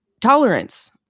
tolerance